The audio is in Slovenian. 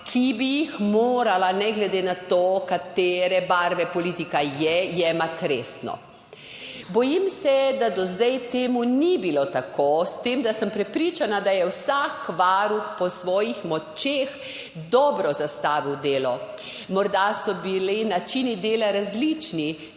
bi jih morala, ne glede na to, katere barve politika je, jemati resno. Bojim se, da do zdaj to ni bilo tako, s tem da sem prepričana, da je vsak varuh po svojih močeh dobro zastavil delo. Morda so bili načini dela različni.